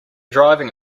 driving